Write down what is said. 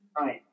Right